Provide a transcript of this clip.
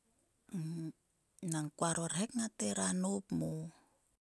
Nang kuaro rhek ngat ngat hera nop mo.